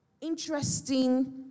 interesting